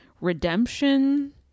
redemption